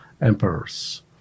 emperors